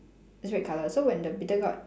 it's red colour so when the bitter gourd